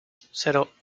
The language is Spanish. cero